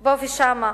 פה ושם.